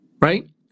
right